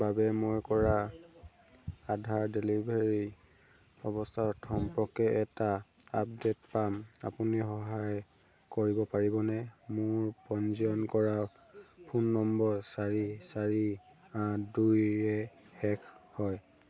বাবে মই কৰা আধাৰ ডেলিভাৰী অৱস্থা সম্পৰ্কে এটা আপডেট পাম আপুনি সহায় কৰিব পাৰিবনে মোৰ পঞ্জীয়ন কৰা ফোন নম্বৰ চাৰি চাৰি আঠ দুইৰে শেষ হয়